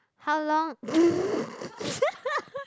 how long